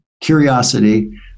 curiosity